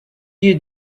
you